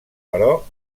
però